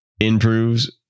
improves